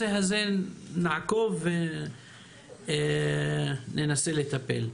נעקוב אחר הנושא הזה וננסה לטפל.